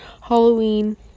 Halloween